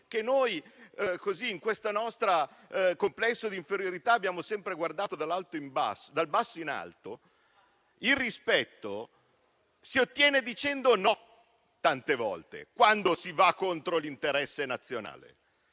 che noi, nel nostro complesso di inferiorità, abbiamo sempre guardato dal basso in alto - tante volte si ottiene dicendo no, quando si va contro l'interesse nazionale.